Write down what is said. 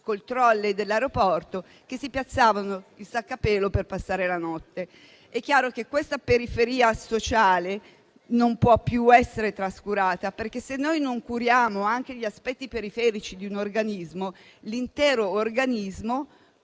un *trolley* dell'aeroporto si sistemavano con i sacchi a pelo per passare la notte. È chiaro che questa periferia sociale non può più essere trascurata. Se noi non curiamo anche gli aspetti periferici di un organismo, l'intero organismo,